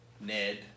Ned